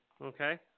Okay